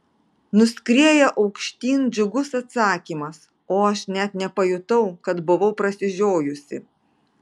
nuskrieja aukštyn džiugus atsakymas o aš net nepajutau kad buvau prasižiojusi